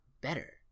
better